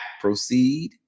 proceed